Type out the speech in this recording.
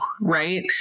right